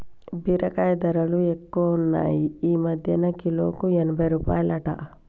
బీరకాయ ధరలు ఎక్కువున్నాయ్ ఈ మధ్యన కిలోకు ఎనభై రూపాయలట